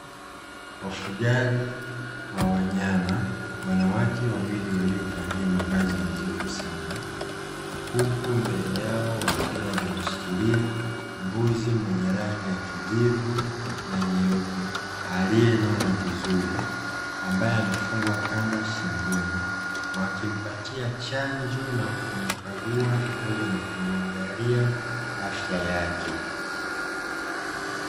Wafugaji wa wanyama (wanawake wawili) waliovalia mavazi nadhifu sana, huku mbele yao wakiwa wamemshikilia mbuzi mwenye rangi ya kijivu na nyeupe aliyenona vizuri ambaye amefungwa kamba shingoni. Wakimpatia chanjo na kumkagua pamoja na kumwangalia afya yake.